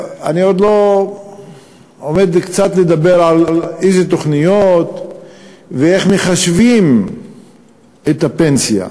אני עומד קצת לדבר על איזה תוכניות ואיך מחשבים את הפנסיה.